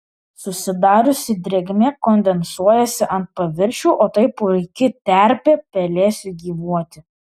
susidariusi drėgmė kondensuojasi ant paviršių o tai puiki terpė pelėsiui gyvuoti